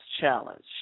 challenge